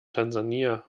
tansania